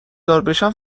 داربشم